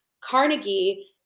Carnegie